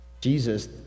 Jesus